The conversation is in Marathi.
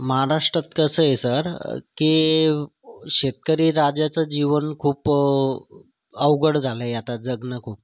महाराष्ट्रात कसं आहे सर की शेतकरी राजाचं जीवन खूप अवघड झालं आहे आता जगणं खूप